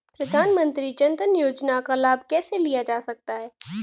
प्रधानमंत्री जनधन योजना का लाभ कैसे लिया जा सकता है?